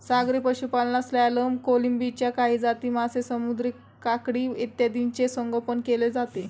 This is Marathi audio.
सागरी पशुपालनात सॅल्मन, कोळंबीच्या काही जाती, मासे, समुद्री काकडी इत्यादींचे संगोपन केले जाते